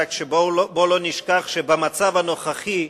רק שבוא לא נשכח שבמצב הנוכחי,